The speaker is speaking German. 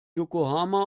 yokohama